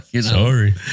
sorry